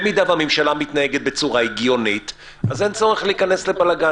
במידה והממשלה מתנהגת בצורה הגיונית אז אין צורך להיכנס לבלגן.